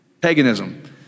paganism